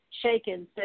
Shaken